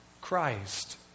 Christ